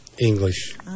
English